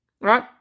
right